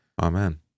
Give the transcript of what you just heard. Amen